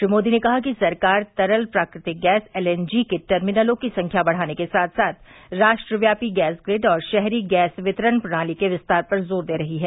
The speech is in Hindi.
श्री मोदी ने कहा कि सरकार तरल प्राकृतिक गैस एल एन जी के टर्मिनलों की संख्या बढ़ाने के साथ साथ राष्ट्रव्यापी गैस ग्रिड और शहरी गैस वितरण प्रणाली के विस्तार पर जोर दे रही है